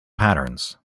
patterns